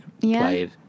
played